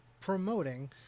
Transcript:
promoting